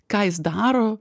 ką jis daro